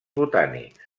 botànics